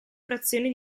frazioni